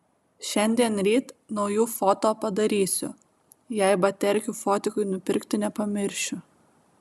šiandien ryt naujų foto padarysiu jei baterkių fotikui nupirkti nepamiršiu